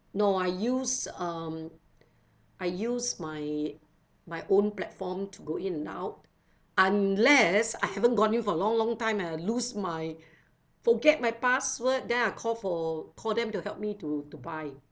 no I use um I use my my own platform to go in out unless I haven't gone in for a long long time and I lose my forget my password then I'll call for call them to help me to to buy